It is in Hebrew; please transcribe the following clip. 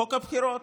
חוק הבחירות